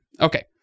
Okay